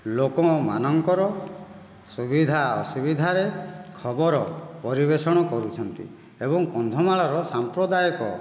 ଲୋକ ମାନଙ୍କର ସୁବିଧା ଅସୁବିଧାରେ ଖବର ପରିବେଷଣ କରୁଛନ୍ତି ଏବଂ କନ୍ଧମାଳର ସାମ୍ପ୍ରଦାୟକ